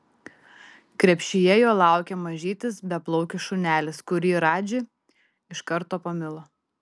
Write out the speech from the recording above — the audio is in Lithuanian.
krepšyje jo laukė mažytis beplaukis šunelis kurį radži iš karto pamilo